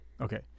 Okay